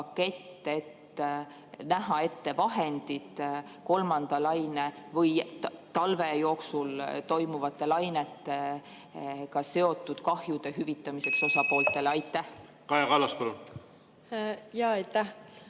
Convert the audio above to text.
näha ette vahendid kolmanda laine või talve jooksul toimuvate lainetega seotud kahjude hüvitamiseks osapooltele? Kaja